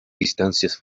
distancias